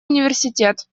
университет